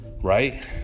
Right